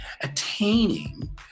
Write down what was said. Attaining